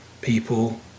people